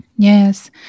Yes